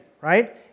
Right